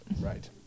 Right